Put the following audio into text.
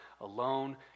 alone